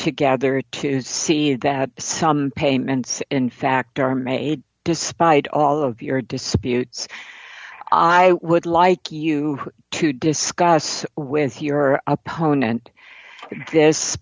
together to see that some payments in fact are made despite all of your disputes i would like you to discuss with your opponent this